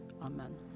Amen